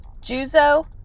Juzo